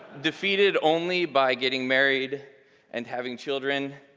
defeated only by getting married and having children,